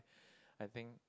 I think